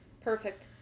Perfect